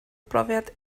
brofiad